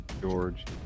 George